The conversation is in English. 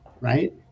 right